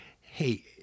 hey